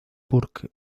burke